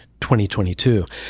2022